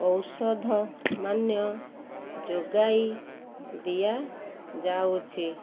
ଔଷଧମାନ ଯୋଗାଇ ଦିଆଯାଉଛି